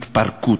התפרקות.